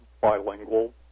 bilingual